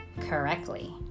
correctly